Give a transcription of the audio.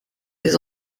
des